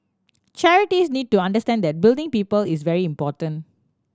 charities need to understand that building people is very important